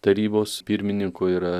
tarybos pirmininko yra